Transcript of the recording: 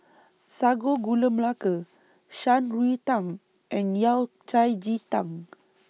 Sago Gula Melaka Shan Rui Tang and Yao Cai Ji Tang